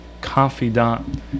confidant